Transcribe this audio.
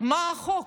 מה החוק,